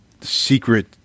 secret